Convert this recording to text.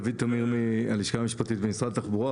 דוד טמיר מהלשכה המשפטית במשרד התחבורה,